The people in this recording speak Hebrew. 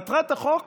מטרת החוק